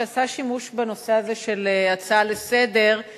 שעשה שימוש בנושא הזה של הצעה לסדר-היום.